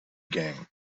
gang